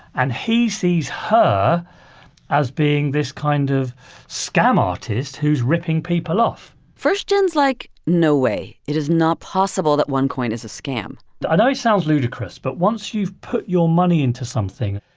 and he sees her as being this kind of scam artist who's ripping people off first jen's like, no way it is not possible that onecoin is a scam i know it sounds ludicrous, but once you've put your money into something,